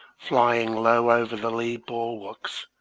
flying low over the lee bulwarks,